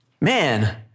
man